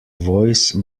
voice